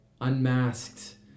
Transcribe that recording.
Unmasked